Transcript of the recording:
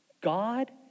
God